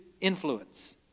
influence